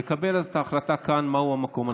נקבל כאן את ההחלטה מהו המקום הנכון.